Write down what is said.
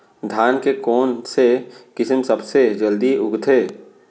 धान के कोन से किसम सबसे जलदी उगथे?